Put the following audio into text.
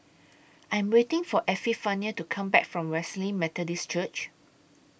I Am waiting For Epifanio to Come Back from Wesley Methodist Church